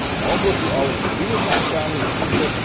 and i'll go through all of them, but these are grand challenges that they said,